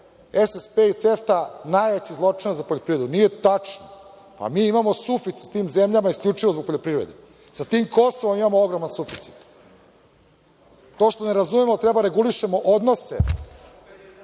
SSP i CEFTA najveći zločin za poljoprivredu. Nije tačno. Pa, mi imamo suficit s tim zemljama isključivo zbog poljoprivrede. Sa tim Kosovom imamo ogroman suficit. To što ne razumemo da treba da regulišemo odnose,